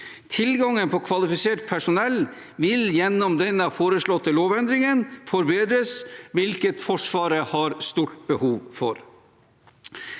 Tilgangen på kvalifisert personell vil gjennom denne foreslåtte lovendringen forbedres, hvilket Forsvaret har stort behov for.